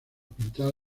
pintar